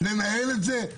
לנהל את זה?